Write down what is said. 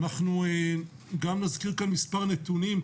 אנחנו גם נזכיר כאן מספר נתונים,